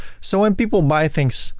so when people buy things,